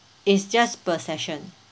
it's just per session